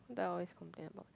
what do I always complain about